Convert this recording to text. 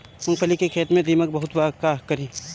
मूंगफली के खेत में दीमक बहुत बा का करी?